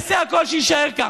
עכשיו, כשהמציאות לא נוחה לכם,